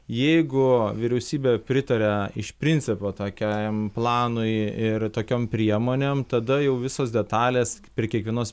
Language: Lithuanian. jeigu vyriausybė pritaria iš principo tokiam planui ir tokiom priemonėm tada jau visos detalės prie kiekvienos